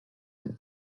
the